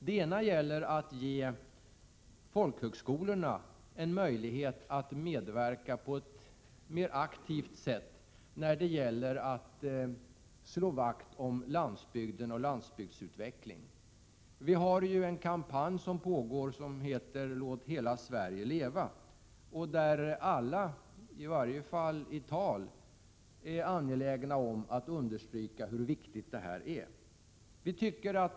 Den ena gäller folkhögskolornas möjlighet att medverka på ett mera aktivt sätt för att slå vakt om landsbygden och landsbygdsutvecklingen. Det pågår ju en kampanj som heter Låt hela Sverige leva, där alla, i varje fall i ord, är angelägna om att understryka hur viktigt detta är.